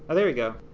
ah there we go.